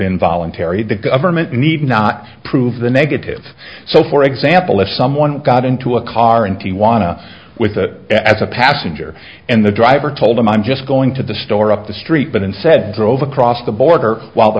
involuntary the government need not prove the negative so for example if someone got into a car in tijuana with a as a passenger and the driver told them i'm just going to the store up the street but instead drove across the border while the